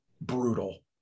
brutal